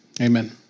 amen